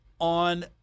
on